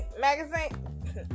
magazine